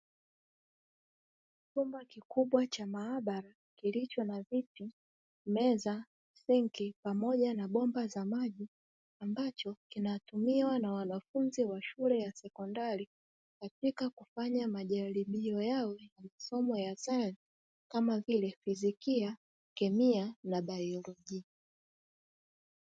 Chumba kikubwa cha maabara kilicho na: viti, meza, sinki pamoja na bomba za maji; ambacho kinatumiwa na wanafunzi wa shule ya sekondari katika kufanya majaribio yao ya masomo ya sayansi kama vile: fizikia, kemia pamoja na biolojia.